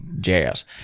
jazz